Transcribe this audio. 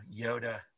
Yoda